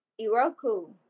Iroku